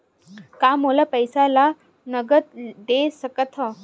का मोला पईसा ला नगद दे सकत हव?